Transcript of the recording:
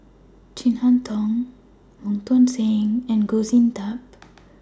Chin Harn Tong Wong Tuang Seng and Goh Sin Tub